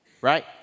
right